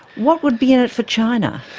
what would be in it for china?